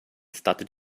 started